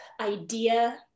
idea